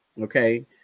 okay